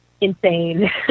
insane